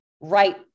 right